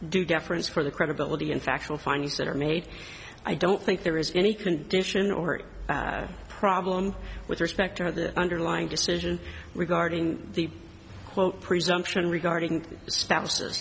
deference for the credibility and factual findings that are made i don't think there is any condition or problem with respect to the underlying decision regarding the quote presumption regarding spouse